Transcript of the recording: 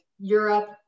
Europe